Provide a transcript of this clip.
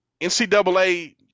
NCAA